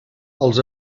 els